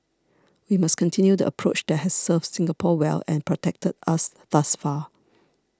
we must continue the approach that has served Singapore well and protected us thus far